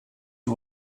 you